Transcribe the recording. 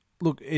look